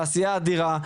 תעשייה אדירה.